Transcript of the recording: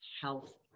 health